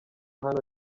hano